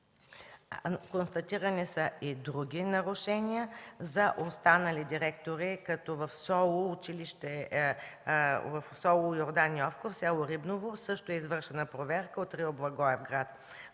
Констатирани са и други нарушения за останали директори, като в СОУ „Йордан Йовков”, село Рибново, също е извършена проверка от РИО – Благоевград.